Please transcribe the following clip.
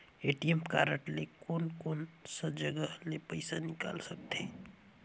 ATM card ले कोन कोन सा जगह ले पइसा निकाल सकथे?